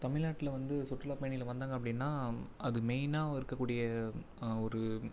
தமிழ் நாட்டில் வந்து சுற்றுலாப் பயணிகள் வந்தாங்க அப்படின்னா அது மெயினாக இருக்கக்கூடிய ஒரு